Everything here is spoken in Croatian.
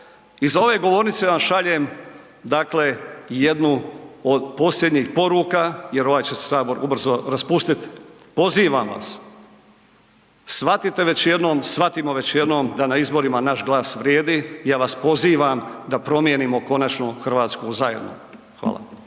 Iz ove govornice vam šaljem jednu od posljednjih poruka jer ovaj će se Sabor ubrzo raspustiti. Pozivam vas, shvatite već jednom, shvatimo već jednom da na izborima naš glas vrijedi i ja vas pozivam da promijenimo konačno Hrvatsku zajedno. Hvala vam.